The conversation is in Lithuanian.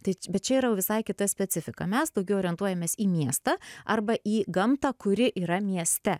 tai čia bet čia yra visai kita specifika mes daugiau orientuojamės į miestą arba į gamtą kuri yra mieste